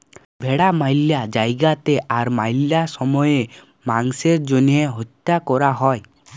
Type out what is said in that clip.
ভেড়া ম্যালা জায়গাতে আর ম্যালা সময়ে মাংসের জ্যনহে হত্যা ক্যরা হ্যয়